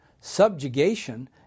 subjugation